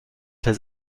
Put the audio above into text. his